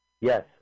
Yes